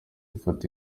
ifata